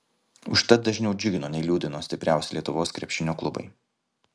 užtat dažniau džiugino nei liūdino stipriausi lietuvos krepšinio klubai